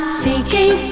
seeking